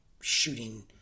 shooting